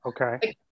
Okay